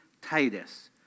Titus